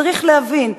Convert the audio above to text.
צריך להבין,